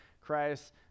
Christ